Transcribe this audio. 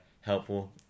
helpful